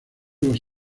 los